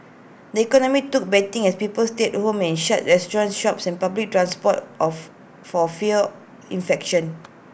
the economy took beating as people stayed home and shunned restaurants shops and public transport of for fear of infection